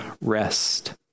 rest